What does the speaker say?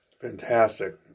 Fantastic